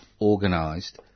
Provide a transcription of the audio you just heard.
organised